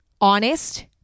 honest